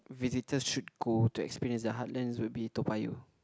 visitors should go to experience the heartlands would be Toa-Payoh